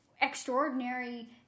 extraordinary